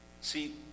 See